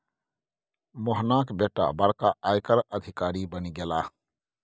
मोहनाक बेटा बड़का आयकर अधिकारी बनि गेलाह